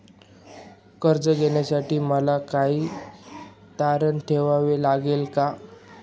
कर्ज घेण्यासाठी मला काही तारण ठेवावे लागेल का?